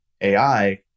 AI